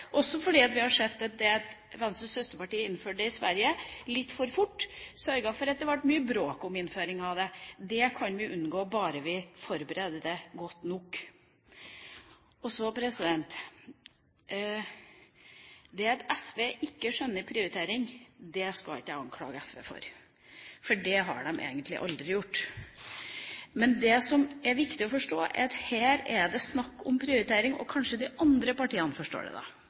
også fordi vi har sett at Venstres søsterparti i Sverige innførte det litt for fort, og sørget for at det ble mye bråk om innføringen av det. Det kan vi unngå bare vi forbereder det godt nok. Og så: Det at SV ikke skjønner prioritering, skal jeg ikke anklage SV for – det har de egentlig aldri gjort. Men det som er viktig å forstå, er at her er det snakk om prioritering, og kanskje de andre partiene forstår det.